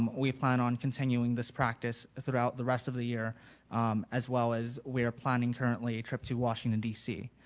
we plan on continuing this practice throughout the rest of the year um as well as we are planning currently a trip to washington, d c.